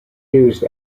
used